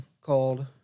called